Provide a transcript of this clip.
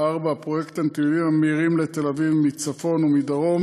4. פרויקט הנתיבים המהירים לתל-אביב מצפון ומדרום